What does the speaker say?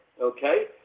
Okay